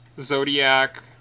Zodiac